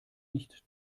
nicht